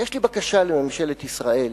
יש לי בקשה לממשלת ישראל: